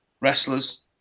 wrestlers